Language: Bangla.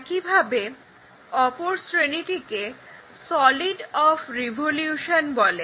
একইভাবে অপর শ্রেণীটিকে সলিড অফ রিভলিউশন বলে